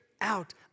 out